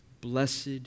Blessed